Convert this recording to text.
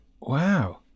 Wow